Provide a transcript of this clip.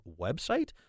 website